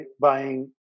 buying